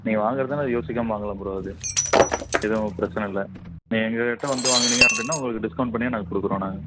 நீங்கள் வாங்குறதுன்னா யோசிக்காமல் வாங்கலாம் ப்ரோ அது எதுவும் பிரச்சனை இல்லை நீங்கள் எங்கக் கிட்ட வந்து வாங்குனீங்க அப்படின்னா உங்களுக்கு டிஸ்கௌண்ட் பண்ணியே நாங்கள் கொடுக்கறோம் நாங்கள்